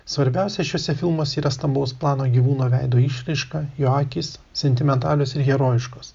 svarbiausia šiuose filmuose yra stambaus plano gyvūno veido išraiška jo akys sentimentalios ir herojiškos